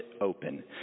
Open